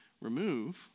remove